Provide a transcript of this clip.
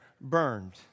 burned